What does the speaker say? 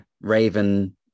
raven